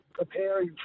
preparing